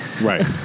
Right